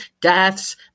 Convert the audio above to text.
deaths